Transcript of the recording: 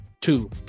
two